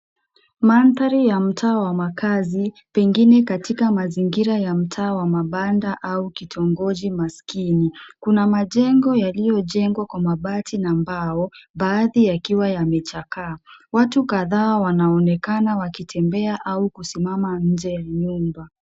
Mandhari ya mtaa wa makazi, pengine katika mazingira ya mtaa wa mabanda au kitongoji maskini. Kuna majengo yaliyojengwa kwa mabati na mbao baadhi yakiwa yamechakaa. Watu kadhaa wanaonekana wakitembea au kusimama nje ya nyumba.